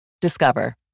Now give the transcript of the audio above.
Discover